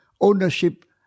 Ownership